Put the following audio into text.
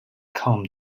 column